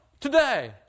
today